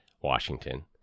Washington